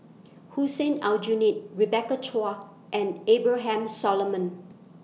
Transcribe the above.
Hussein Aljunied Rebecca Chua and Abraham Solomon